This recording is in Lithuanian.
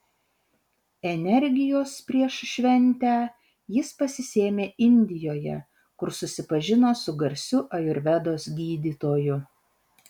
energijos prieš šventę jis pasisėmė indijoje kur susipažino su garsiu ajurvedos gydytoju